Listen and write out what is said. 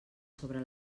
sobre